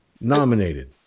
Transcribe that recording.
nominated